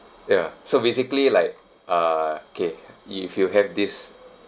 ya so basically like uh kay if you have this